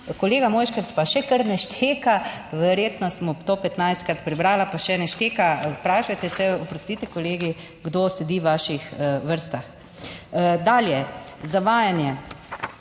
Kolega Mojškerc pa še kar ne šteka, verjetno sem to 15-krat prebrala, pa še ne šteka. Vprašajte se, oprostite kolegi, kdo sedi v vaših vrstah. Dalje, zavajanje